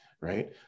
right